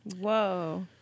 Whoa